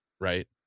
right